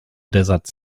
desert